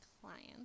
clients